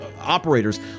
operators